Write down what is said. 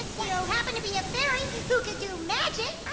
so yeah ah happen to be a fairy, who can do magic!